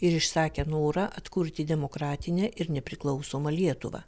ir išsakė norą atkurti demokratinę ir nepriklausomą lietuvą